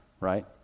right